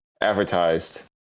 advertised